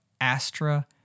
Astra